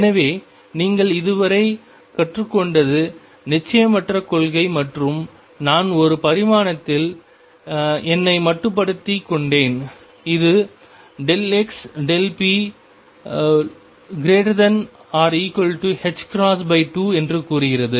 எனவே நீங்கள் இதுவரை கற்றுக்கொண்டது நிச்சயமற்ற கொள்கை மற்றும் நான் ஒரு பரிமாணத்தில் என்னை மட்டுப்படுத்திக் கொண்டேன் இது xp≥2 என்று கூறுகிறது